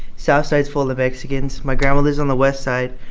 southside's full of mexicans. my grandma lives on the westside.